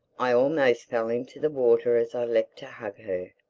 i almost f ell into the water as i leapt to hug her.